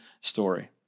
story